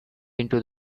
into